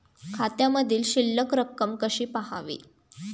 खात्यामधील शिल्लक रक्कम कशी पहावी?